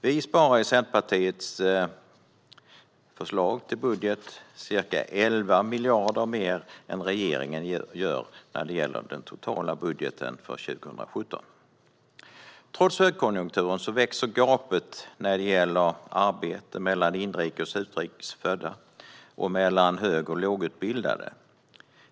Vi sparar i Centerpartiets förslag till budget ca 11 miljarder mer än regeringen gör när det gäller den totala budgeten för 2017. Trots högkonjunkturen växer gapet när det gäller arbete mellan inrikes och utrikes födda och mellan hög och lågutbildade.